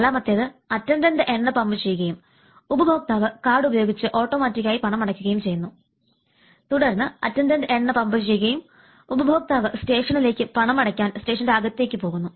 നാലാമത്തേത് അറ്റൻഡന്റ് എണ്ണ പമ്പ് ചെയ്യുകയും ഉപഭോക്താവ് കാർഡ് ഉപയോഗിച്ച് ഓട്ടോമാറ്റിക്കായി പണമടയ്ക്കുകയും ചെയ്യുന്നു തുടർന്ന് അറ്റൻഡന്റ് എണ്ണ പമ്പ് ചെയ്യുകയും ഉപഭോക്താവ് സ്റ്റേഷനിലേക്ക് പണമടയ്ക്കാൻ സ്റ്റേഷനിലേക്ക് അകത്തേയ്ക്ക് പോകുന്നു